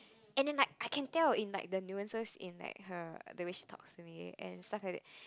as in like I can tell in like the nuances in like her the way she talks to me and stuffs like that